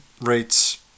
rates